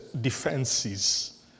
defenses